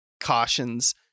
cautions